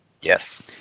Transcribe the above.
Yes